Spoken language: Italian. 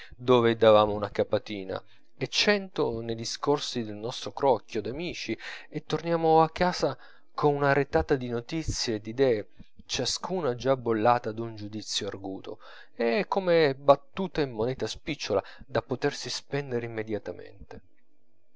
dove davamo una capatina e cento nei discorsi del nostro crocchio d'amici e torniamo a casa con una retata di notizie e d'idee ciascuna già bollata d'un giudizio arguto e come battuta in moneta spicciola da potersi spendere immediatamente